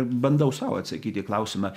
bandau sau atsakyti į klausimą